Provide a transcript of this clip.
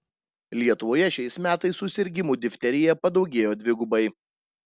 lietuvoje šiais metais susirgimų difterija padaugėjo dvigubai